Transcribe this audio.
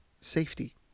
safety